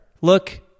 look